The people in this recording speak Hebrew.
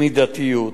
ובמידתיות.